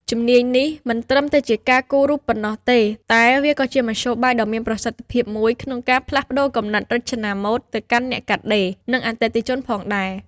ជំនាញនេះមិនត្រឹមតែជាការគូររូបប៉ុណ្ណោះទេ តែវាក៏ជាមធ្យោបាយដ៏មានប្រសិទ្ធភាពមួយក្នុងការផ្លាស់ប្ដូរគំនិតរចនាម៉ូដទៅកាន់អ្នកកាត់ដេរ និងអតិថិជនផងដែរ។